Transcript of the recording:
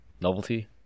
novelty